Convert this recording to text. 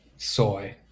soy